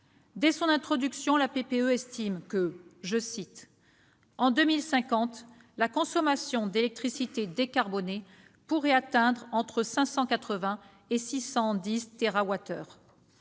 Dès son introduction, la PPE considère qu'« en 2050, la consommation d'électricité décarbonée pourrait atteindre entre 580 et 610